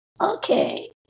okay